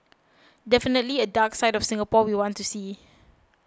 definitely a dark side of Singapore we want to see